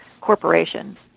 corporation